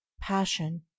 Passion